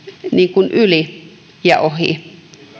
yli ja ohi